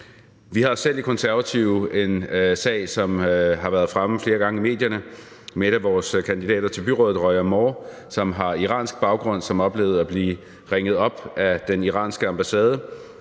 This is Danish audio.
Vi har selv i Konservative en sag, som har været fremme flere gange i medierne, med en af vores kandidater til byrådet, nemlig Roya Moore, som har iransk baggrund, og som oplevede at blive ringet op af den iranske ambassade,